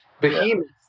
behemoths